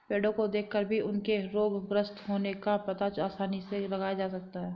पेड़ो को देखकर भी उनके रोगग्रस्त होने का पता आसानी से लगाया जा सकता है